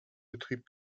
betrieb